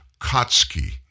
Kotsky